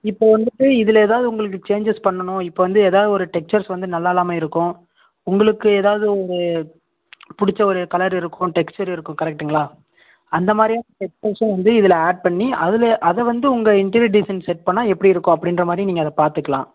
இப்போது வந்துட்டு இதில் ஏதாவுது உங்களுக்கு சேஞ்சஸ் பண்ணணும் இப்போ வந்து ஏதாவுது ஒரு டெக்ச்சர்ஸ் வந்து நல்லால்லாமல் இருக்கும் உங்களுக்கு ஏதாவுது ஒரு பிடிச்ச ஒரு கலர் இருக்கும் டெக்ச்சர் இருக்கும் கரெக்ட்டுங்களா அந்த மாதிரியான டெக்ச்சர்ஸை வந்து இதில் ஆட் பண்ணி அதில் அதை வந்து உங்கள் இன்டீரியர் டிசைன் செட் பண்ணிணா எப்படி இருக்கும் அப்படின்ற மாதிரி நீங்கள் அதை பார்த்துக்கலாம்